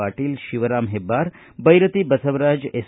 Patil Shivaram Hebbar Byrathi Basavaraj S